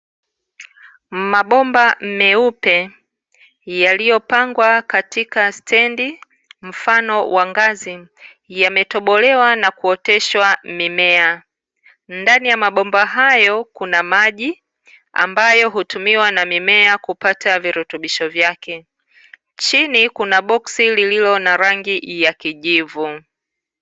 Mabomba meupe yaliyopangwa katika stendi, mfano wa ngazi, yametobolewa na kuoteshwa mimea. Ndani ya mabomba hayo kuna maji, ambayo hutumiwa na mimea kupata virutubisho vyake. Chini kuna boksi lililo na rangi ya kijivu.